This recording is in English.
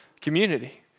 community